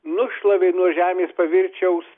nušlavė nuo žemės paviršiaus